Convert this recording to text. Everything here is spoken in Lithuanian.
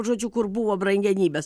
žodžiu kur buvo brangenybės